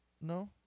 No